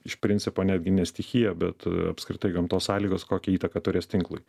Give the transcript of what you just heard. iš principo netgi ne stichija bet apskritai gamtos sąlygos kokią įtaką turės tinklui